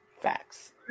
Facts